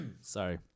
sorry